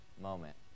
moment